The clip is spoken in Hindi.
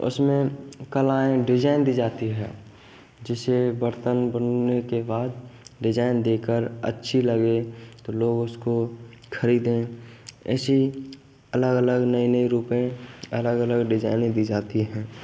उसमें कलाएँ डिजैन दी जाती है जिससे बर्तन बनने के बाद डिजाइन देकर अच्छी लगे तो लग उसको खरीदें ऐसी अलग अलग नए नए रूपे अलग अलग डिजाइने दी जाती हैं